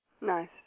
Nice